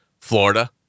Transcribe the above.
Florida